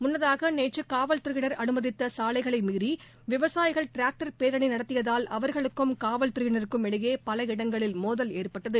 முன்னதாகநேற்றுகாவல்துறையினர் அனுமதித்தசாலைகளைமீறிவிவசாயிகள் டிராக்டர் பேரணிநடத்தியதால் அவர்களுக்கும் காவல்துறையினருக்கும் இடையேபல இடங்களில் மோதல் ஏற்பட்டது